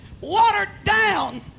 watered-down